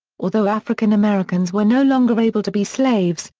although african americans were no longer able to be slaves,